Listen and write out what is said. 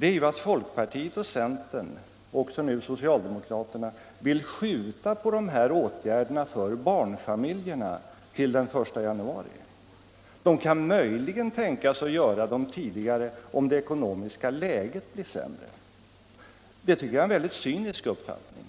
är att folkpartiet och centern, liksom nu socialdemokraterna, vill skjuta på dessa åtgärder för barnfamiljernas del till den 1 januari. De kan möjligen tänka sig att lägga dem tidigare, om det ekonomiska läget blir sämre. Det tycker jag är en mycket cynisk uppfattning.